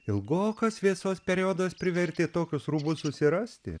ilgokas vėsos periodas privertė tokius rūbus susirasti